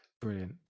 Brilliant